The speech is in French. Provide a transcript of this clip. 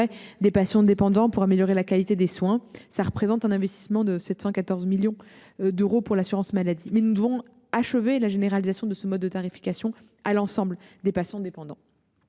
des patients dépendants en vue d’améliorer la qualité des soins, il représente un investissement de 714 millions d’euros pour l’assurance maladie. Nous devons achever la généralisation de ce mode de tarification à l’ensemble des patients dépendants.